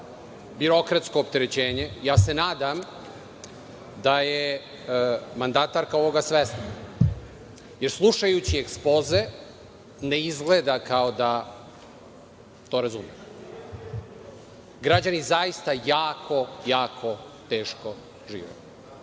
birokratsko opterećenje. Nadam se da je mandatarka ovoga svesna, jer, slušajući ekspoze, ne izgleda kao da to razume. Građani zaista jako, jako teško žive.U